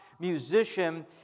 musician